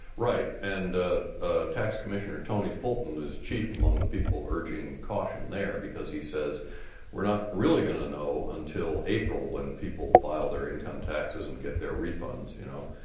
right. and tax commissioner tony fulton is chief among the people urging caution there because he says we're not really going to know until april when people file their income taxes and get their refunds, you know.